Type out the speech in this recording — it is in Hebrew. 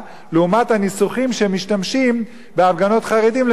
לעומת הניסוחים שהם משתמשים בהם בהפגנות חרדים למשל,